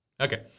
Okay